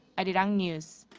arirang news.